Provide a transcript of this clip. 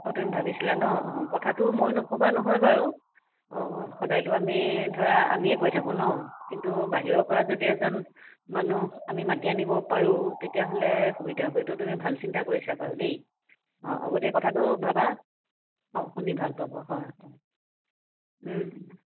অঁ তুমি ভাবিছিলা ন অঁ কথাটো মইয়ো নভবা নহয় বাৰু অঁ অঁ সদায়টো আমি ধৰা আমিয়ে কৈ থাকো ন কিন্তু বাহিৰৰপৰা যদি এজন মানুহ আমি মাতি আনিব পাৰোঁ তেতিয়া হ'লে সুবিধা হ'ব এইটো তুমি ভাল চিন্তা কৰিছা বাৰু দেই অঁ অঁ গোটেই কথাটো ভাবা অঁ শুনি ভাল পাব হয় হয়